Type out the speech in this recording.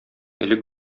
элек